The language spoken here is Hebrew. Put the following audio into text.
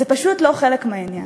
זה פשוט לא חלק מהעניין,